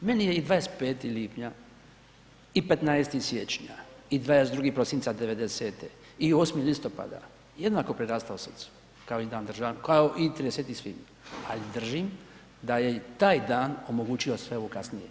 Meni je i 25. lipnja i 15. siječnja i 22. prosinca '90.-te i 8. listopada jednako prirastao srcu kao i Dan državnosti, kao i 30. svibnja ali držim da je i taj dan omogućio sve ovo kasnije.